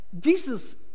Jesus